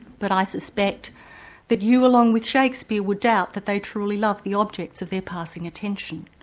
but i suspect that you along with shakespeare would doubt that they truly love the objects of their passing attention.